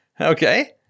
Okay